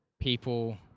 people